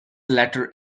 later